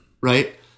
Right